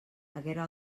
haguera